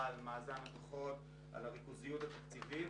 על מאזן הכוחות ועל הריכוזיות התקציבית